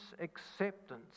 acceptance